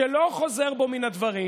שהוא לא חוזר בו מן הדברים,